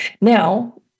Now